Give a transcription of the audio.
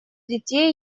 детей